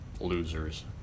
losers